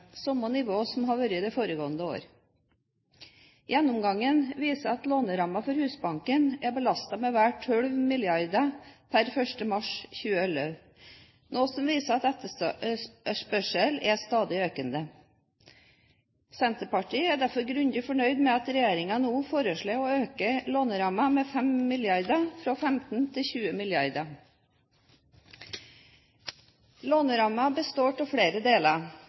samme nivå som foregående år. Gjennomgangen viser at lånerammen for Husbanken er belastet med vel 12 mrd. kr per 1. mars 2011, noe som viser at etterspørselen er stadig økende. Senterpartiet er derfor grundig fornøyd med at regjeringen nå foreslår å øke lånerammen med 5 mrd. kr, fra 15 til 20 mrd. kr. Lånerammen består av flere deler: